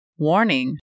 Warning